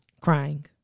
Crying